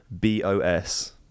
B-O-S